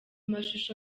mashusho